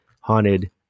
Haunted